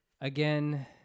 Again